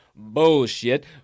Bullshit